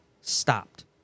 stopped